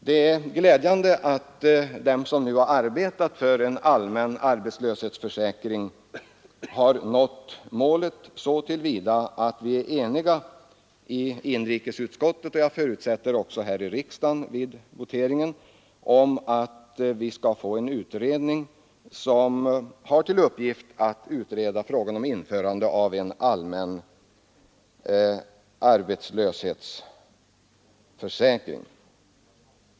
Det är glädjande att vi som arbetat för en allmän arbetslöshetsförsäkring har nått målet så till vida att vi är eniga i inrikesutskottet — jag förutsätter också här i kammaren vid voteringen — om att tillsätta en utredning som har till uppgift att utreda frågan om införande av allmän arbetslöshetsförsäkring.